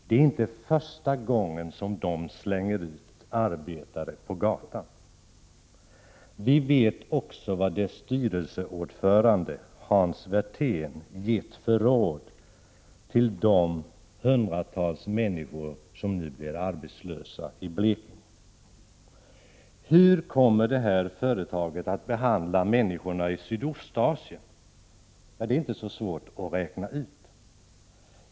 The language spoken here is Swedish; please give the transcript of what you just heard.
Det är inte första gången som företaget slänger ut arbetare på gatan. Vi vet också vilket råd företagets styrelseordförande, Hans Werthén, gett de hundratals människor som nu blir arbetslösa i Blekinge. Hur kommer detta företag att behandla människorna i Sydostasien? Ja, det är inte så svårt att räkna ut.